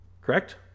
Correct